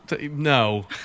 No